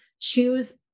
choose